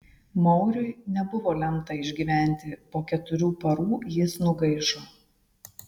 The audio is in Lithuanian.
mauriui nebuvo lemta išgyventi po keturių parų jis nugaišo